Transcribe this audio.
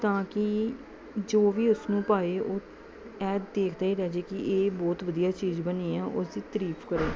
ਤਾਂ ਕਿ ਜੋ ਵੀ ਉਸਨੂੰ ਪਾਏ ਉਹ ਹੈ ਦੇਖਦਾ ਹੀ ਰਹਿ ਜੇ ਕਿ ਇਹ ਬਹੁਤ ਵਧੀਆ ਚੀਜ਼ ਬਣੀ ਹੈ ਉਸਦੀ ਤਾਰੀਫ ਕਰੋ